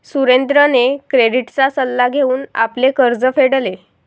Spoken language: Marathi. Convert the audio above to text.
सुरेंद्रने क्रेडिटचा सल्ला घेऊन आपले कर्ज फेडले